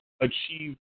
achieve